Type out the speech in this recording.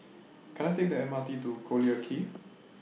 Can I Take The M R T to Collyer Quay